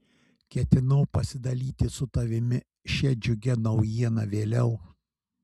ketinau pasidalyti su tavimi šia džiugia naujiena vėliau